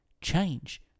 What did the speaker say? change